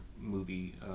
movie